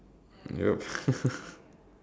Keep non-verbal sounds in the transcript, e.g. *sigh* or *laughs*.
yup *laughs*